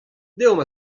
deomp